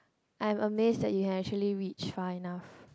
I am amazed that you actually reach far enough